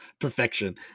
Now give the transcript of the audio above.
perfection